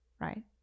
Right